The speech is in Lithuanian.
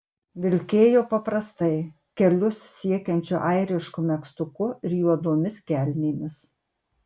vilkėjo paprastai kelius siekiančiu airišku megztuku ir juodomis kelnėmis